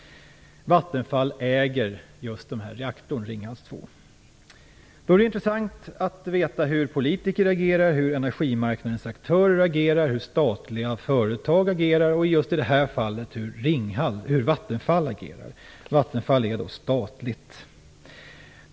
Vattenfall äger reaktorn Ringhals 2. Det är då intressant att veta hur politiker agerar, hur energimarknadens aktörer agerar, hur statliga företag agerar och just i det här fallet hur Vattenfall agerar. Vattenfall är ett statligt företag.